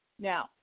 Now